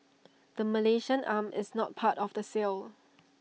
the Malaysian arm is not part of the sale